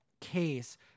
case